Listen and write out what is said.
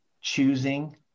choosing